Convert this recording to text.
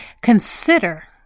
consider